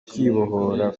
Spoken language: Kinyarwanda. ukwibohora